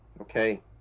Okay